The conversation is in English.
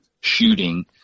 shooting